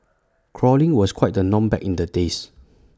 crawling was quite the norm back in the days